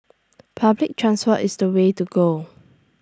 public transport is the way to go